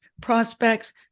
prospects